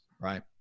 right